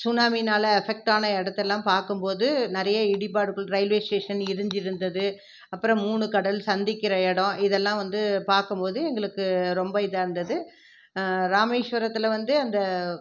சுனாமினால் அஃபெக்ட்டான இடத்தலான் பார்க்கும்போது நிறைய இடிபாடுகள் ரயில்வே ஸ்டேஷன் இடிஞ்சு இருந்தது அப்புறம் மூணு கடல் சந்திக்கிற இடம் இதெல்லாம் வந்து பார்க்கும்போது எங்களுக்கு ரொம்ப இதாக இருந்தது ராமேஷ்வரத்தில் வந்து அந்த